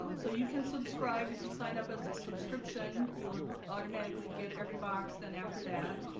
um so you can subscribe if you sign up as a subscription you'll automatically get every box then after that